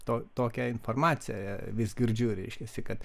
to tokią informaciją vis girdžiu reiškiasi kad